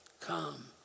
come